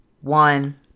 one